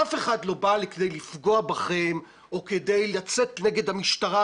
אף אחד לא בא כדי לפגוע בכם או כדי לצאת נגד המשטרה,